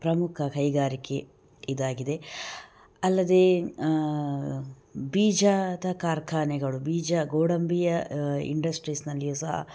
ಪ್ರಮುಖ ಕೈಗಾರಿಕೆ ಇದಾಗಿದೆ ಅಲ್ಲದೆ ಬೀಜದ ಕಾರ್ಖಾನೆಗಳು ಬೀಜ ಗೋಡಂಬಿಯ ಇಂಡಸ್ಟ್ರೀಸ್ನಲ್ಲಿಯು ಸಹ